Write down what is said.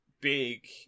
big